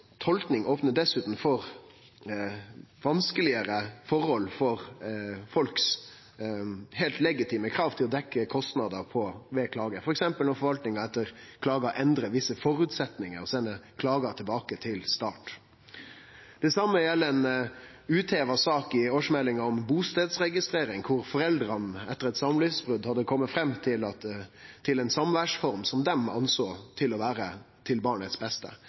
opnar dessutan for vanskelegare forhold for folks heilt legitime krav om å få dekt kostnader ved klage, f.eks. når forvaltninga etter klagar endrar visse føresetnader og sender klagaren tilbake til start. Det same gjeld ei utheva sak i årsmeldinga, om bustadregistrering, der foreldra etter eit samlivsbrot hadde kome fram til ei samværsform som dei heldt for å vere til det beste